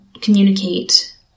communicate